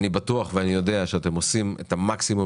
אני בטוח ואני יודע שאתם עושים את המקסימום